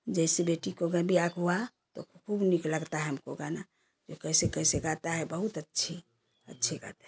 जैसे बेटी को वे ब्याह हुआ तो खूब नीक लगता है हमको गाना वो कैसे कैसे गाता है बहुत अच्छी अच्छे गाता है